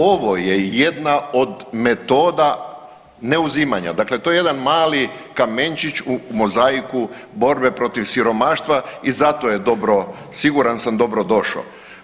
Ovo je jedna od metoda neuzimanja, dakle to je jedan mali kamenčić u mozaiku borbe protiv siromaštva i zato je dobro, siguran sam, dobro došao.